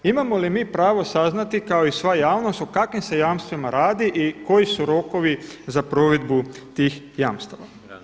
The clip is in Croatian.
Imamo li mi pravo saznati kao i sva javnost o kakvim se jamstvima radi i koji su rokovi za provedbu tih jamstava.